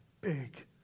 big